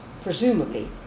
presumably